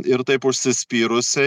ir taip užsispyrusiai